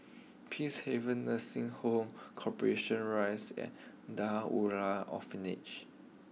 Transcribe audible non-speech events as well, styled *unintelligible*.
Peacehaven Nursing Home Corporation Rise and *unintelligible* Orphanage